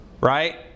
Right